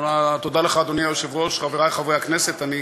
תודה לך, אדוני היושב-ראש, חברי חברי הכנסת, אני